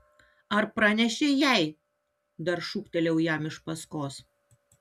ar pranešei jai dar šūktelėjau jam iš paskos